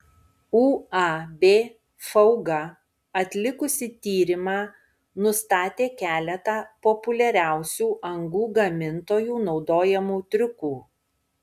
uab fauga atlikusi tyrimą nustatė keletą populiariausių angų gamintojų naudojamų triukų